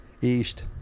east